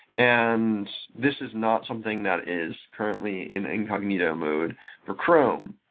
and this is not something that is currently in incognito mode for chrome.